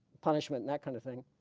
punishment that kind of thing